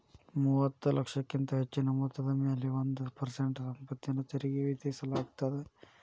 ಮೂವತ್ತ ಲಕ್ಷಕ್ಕಿಂತ ಹೆಚ್ಚಿನ ಮೊತ್ತದ ಮ್ಯಾಲೆ ಒಂದ್ ಪರ್ಸೆಂಟ್ ಸಂಪತ್ತಿನ ತೆರಿಗಿ ವಿಧಿಸಲಾಗತ್ತ